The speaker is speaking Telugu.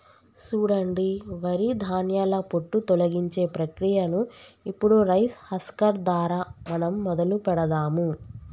సూడండి వరి ధాన్యాల పొట్టు తొలగించే ప్రక్రియను ఇప్పుడు రైస్ హస్కర్ దారా మనం మొదలు పెడదాము